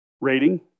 rating